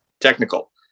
technical